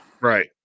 Right